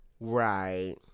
right